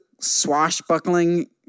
swashbuckling